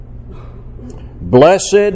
blessed